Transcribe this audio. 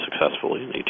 successfully